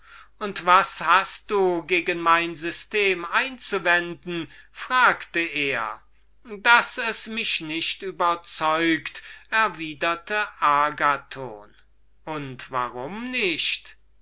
und was hast du gegen mein system einzuwenden fragte er daß es mich nicht überzeugt erwiderte agathon und warum nicht